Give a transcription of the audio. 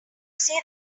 see